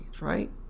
right